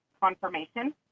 confirmation